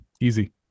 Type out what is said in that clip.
easy